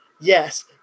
yes